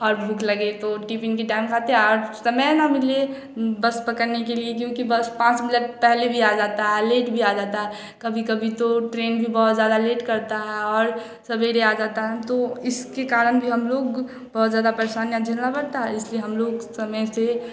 और भूख लगे तो टिपिन की टाइम खाते और समय न मिले बस पकड़ने के लिए क्योंकि बस पाँच मिलट पहले भी आ जाता है लेट भी आ जाता है कभी कभी तो ट्रेन भी बहुत ज़्यादा लेट करता है और सवेरे आ जाता है तो इसके कारण भी हम लोग बहुत ज़्यादा परेशानियाँ झेलना पड़ता है इसलिए हम लोग समय से